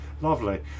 Lovely